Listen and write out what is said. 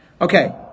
okay